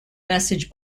message